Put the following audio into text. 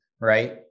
Right